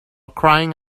crying